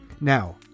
Now